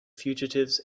fugitives